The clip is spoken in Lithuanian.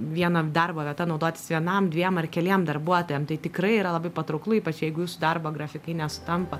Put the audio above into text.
viena darbo vieta naudotis vienam dviem ar keliem darbuotojam tai tikrai yra labai patrauklu ypač jeigu jūsų darbo grafikai nesutampa